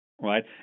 right